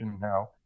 now